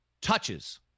touches